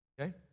Okay